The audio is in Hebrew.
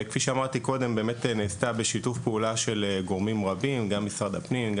כפי שאמרתי קודם באמת נעשתה בשיתוף פעולה של גורמים רבים: משרד הפנים,